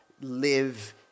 live